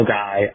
guy